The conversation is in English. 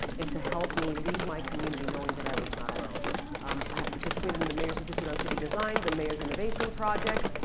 and to help me lead my community knowing that i was not alone. i have participated in the mayors institute on city design, the mayors innovation project,